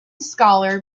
scholar